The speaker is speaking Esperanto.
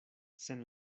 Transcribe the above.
sen